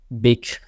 big